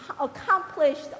accomplished